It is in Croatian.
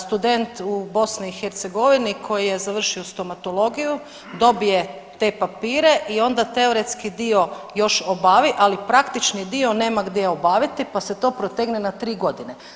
Student u BiH koji je završio stomatologiju dobije te papire i onda teoretski dio još obavi, ali praktični dio nema gdje obaviti pa se to protegne na 3 godine.